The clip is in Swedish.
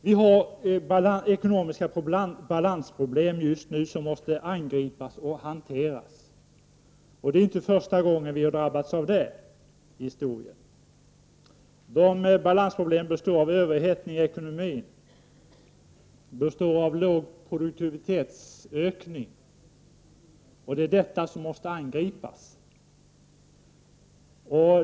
Vi har just nu ekonomiska balansproblem som måste angripas och hanteras. Det är inte första gången i historien som vi drabbas av det. Balansproblemen består i överhettning av ekonomin och låg produktivitetsökning, och det är detta som måste angripas.